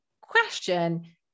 question